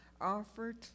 offered